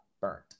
burnt